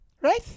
right